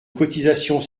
cotisations